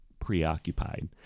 preoccupied